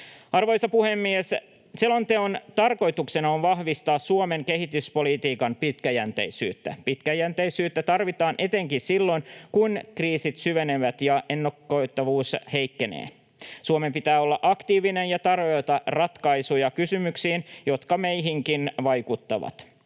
Arvoisa puhemies! Selonteon tarkoituksena on vahvistaa Suomen kehityspolitiikan pitkäjänteisyyttä. Pitkäjänteisyyttä tarvitaan etenkin silloin, kun kriisit syvenevät ja ennakoitavuus heikkenee. Suomen pitää olla aktiivinen ja tarjota ratkaisuja kysymyksiin, jotka meihinkin vaikuttavat.